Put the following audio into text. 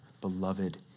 beloved